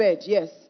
yes